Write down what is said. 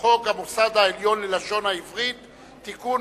חוק המוסד העליון ללשון העברית (תיקון,